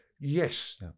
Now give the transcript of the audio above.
yes